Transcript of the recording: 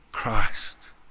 Christ